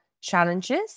challenges